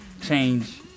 change